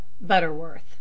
Butterworth